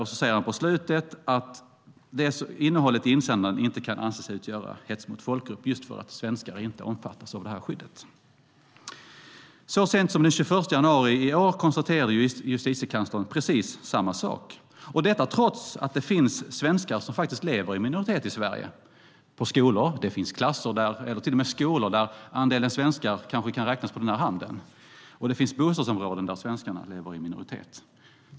Sedan säger han i slutet att innehållet i insändaren inte kan anses utgöra hets mot folkgrupp just för att svenskar inte omfattas av skyddet. Så sent som den 21 januari i år konstaterade Justitiekanslern samma sak, detta trots att det finns svenskar som faktiskt lever i minoritet i Sverige. Det finns till och med skolor där andelen svenskar kanske kan räknas på ena handens fingrar, och det finns bostadsområden där svenskarna lever i minoritet.